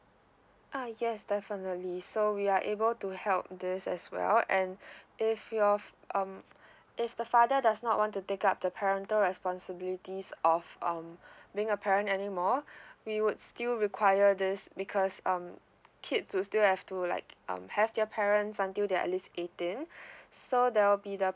uh yes definitely so we are able to help this as well and if you're of um if the father does not want to take up the parental responsibilities of um being a parent anymore we would still require this because um kid to still have to like um have their parents until they're at least eighteen so there will be the